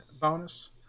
bonus